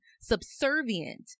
subservient